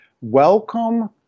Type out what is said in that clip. Welcome